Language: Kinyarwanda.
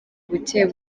bucye